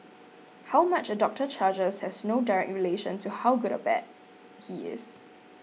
how much a doctor charges has no direct relation to how good or bad he is